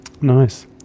nice